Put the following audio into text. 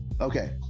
Okay